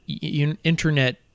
internet